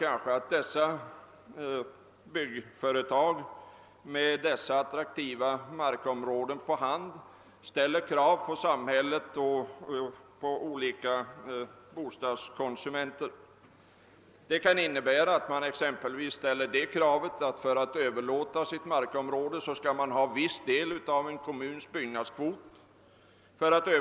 Det värsta är att byggföretagen med sina attraktiva markområden ställer krav på samhället och på olika bostadsproducenter. Det kan exempelvis gälla kravet att företaget för överlåtelse av sitt markområde skall ha en viss del av kommunens byggnadskvot.